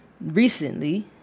recently